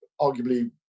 arguably